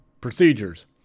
Procedures